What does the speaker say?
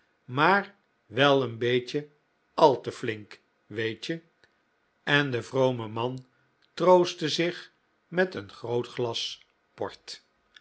maar wel een beetje al te flink weet je en de vrome man troostte zich met een groot glas port